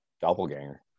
Doppelganger